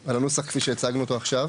על הנוסח כפי שהצגנו אותו עכשיו.